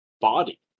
Body